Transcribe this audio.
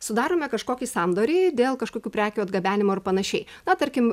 sudarome kažkokį sandorį dėl kažkokių prekių atgabenimo ir panašiai na tarkim